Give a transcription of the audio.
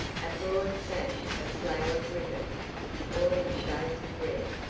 a broad sash of flowered ribbon all in shades of red,